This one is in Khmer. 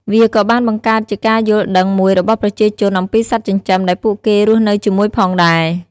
វាក៏បានបង្កើតជាការយល់ដឹងមួយរបស់ប្រជាជនអំពីសត្វចិញ្ចឹមដែលពួកគេរស់នៅជាមួយផងដែរ។